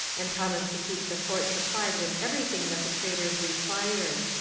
and promised to keep the fort supplied with everything that the traders required.